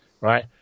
right